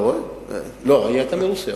לא, היא היתה מרוסיה.